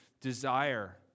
desire